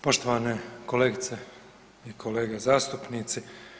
Poštovane kolegice i kolege zastupnici.